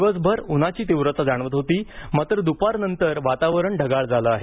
दिवसभर उन्हाची तीव्रता जाणवत होती मात्र दुपार नंतर वातावरण ढगाळ झालं आहे